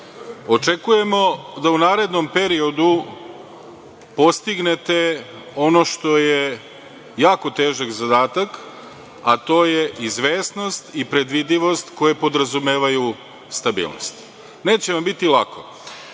Očekujemo da u narednom periodu postignete ono što je jako težak zadatak, a to je izvesnost i predvidivost koje podrazumevaju stabilnost. Neće vam biti